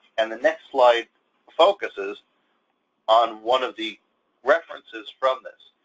and the next slide focuses on one of the references from this,